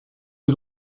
you